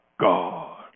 God